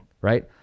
right